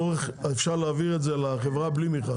אפשר להעביר את זה לחברה בלי מכרז,